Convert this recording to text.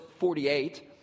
48